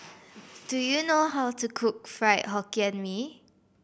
do you know how to cook Fried Hokkien Mee